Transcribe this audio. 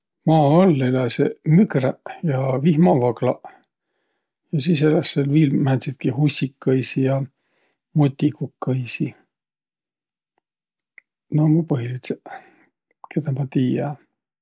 Maa all eläseq mügräq ja vihmavaglaq ja sis eläs sääl viil määntsitki hussikõisi ja mutigukõisi. Naaq ummaq põhilidsõq, kedä ma tiiä.